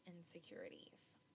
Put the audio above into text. insecurities